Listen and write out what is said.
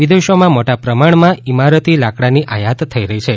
વિદેશોમાં મોટા પ્રમાણમાં ઈમારતી લાકડાંની આયાત થઈ રહી છે